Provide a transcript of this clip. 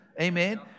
Amen